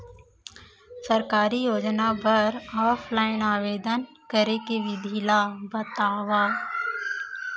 सरकारी योजना बर ऑफलाइन आवेदन करे के विधि ला बतावव